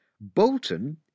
Bolton